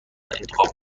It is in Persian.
انتخاب